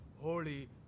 holy